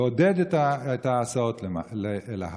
לעודד את ההסעות אל ההר.